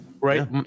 Right